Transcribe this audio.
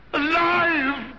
alive